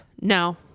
No